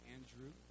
Andrew